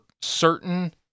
certain